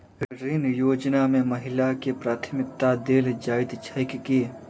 ऋण योजना मे महिलाकेँ प्राथमिकता देल जाइत छैक की?